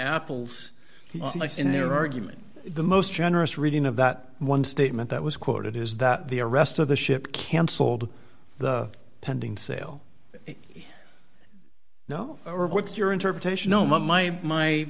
apples in their argument the most generous reading of that one statement that was quoted is that the arrest of the ship cancelled the pending sale no or what's your interpretation oh my my